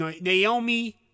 Naomi